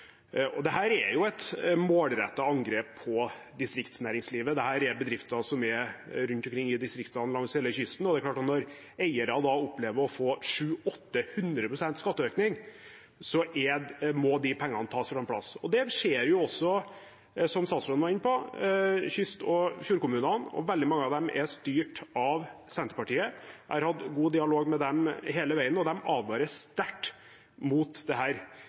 er et målrettet angrep på distriktsnæringslivet. Dette er bedrifter rundt omkring i distriktene, langs hele kysten, og når eiere da opplever å få 700–800 pst. skatteøkning, må de pengene tas fra en plass. Det skjer også, som statsråden var inne på, i kyst- og fjordkommunene, og veldig mange av dem er styrt av Senterpartiet. Jeg har hatt god dialog med dem hele veien, og de advarer sterkt mot dette. Gjør det